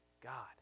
god